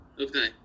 Okay